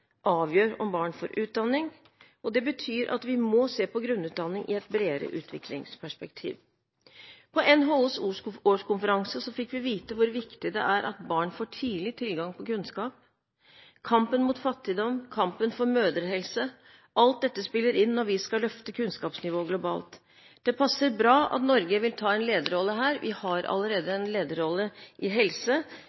avgjør om barn får utdanning. Det betyr at vi må se på grunnutdanning i et bredere utviklingsperspektiv. På NHOs årskonferanse fikk vi vite hvor viktig det er at barn får tidlig tilgang på kunnskap. Kampen mot fattigdom, kampen for mødrehelse – alt dette spiller inn når vi skal løfte kunnskapsnivået globalt. Det passer bra at Norge vil ta en lederrolle her. Vi har allerede